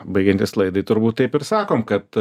baigiantis laidai turbūt taip ir sakom kad